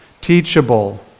teachable